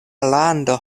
lando